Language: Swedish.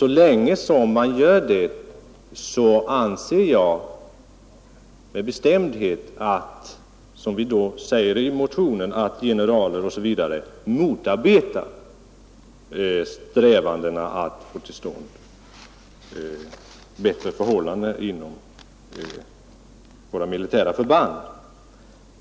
Så länge man gör det anser jag bestämt att, som vi säger i motionen, generaler osv. motarbetar strävandena att få till stånd bättre förhållanden inom militärförbanden.